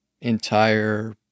entire